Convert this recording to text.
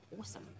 awesome